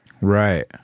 Right